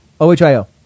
OHIO